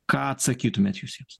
ką atsakytumėt jūs jiems